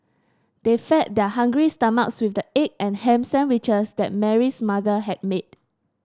they fed their hungry stomachs with the egg and ham sandwiches that Mary's mother had made